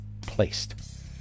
placed